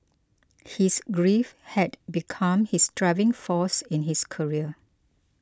his grief had become his driving force in his career